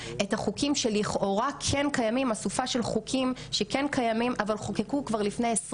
שלנגד עינינו בכתיבה של הצעת החוק עמדו כל הזמן כל אותם מקרים,